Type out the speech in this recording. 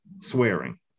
swearing